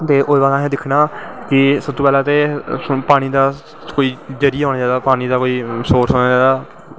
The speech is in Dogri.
ते ओह्दै बाद असैं दिक्खनां सब तो पैह्लैं ते पानी दा कोई जरिया होना चाही दा पानी दा कोई सोरस होनां चाही दा